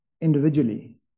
individually